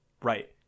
right